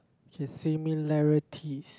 K similarity